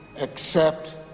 accept